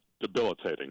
debilitating